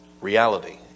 reality